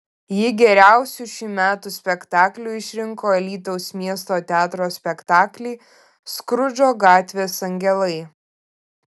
ji geriausiu šių metų spektakliu išrinko alytaus miesto teatro spektaklį skrudžo gatvės angelai